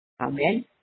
Amen